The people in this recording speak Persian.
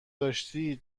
داشتی